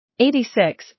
86